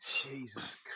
Jesus